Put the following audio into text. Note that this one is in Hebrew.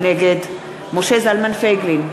נגד משה זלמן פייגלין,